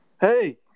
Hey